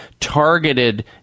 targeted